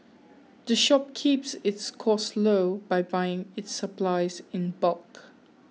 the shop keeps its costs low by buying its supplies in bulk